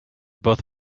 both